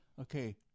Okay